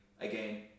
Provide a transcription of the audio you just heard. again